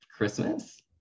Christmas